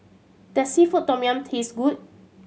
does seafood tom yum taste good